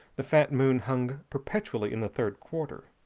the fat moon hung perpetually in the third quarter,